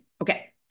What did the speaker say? Okay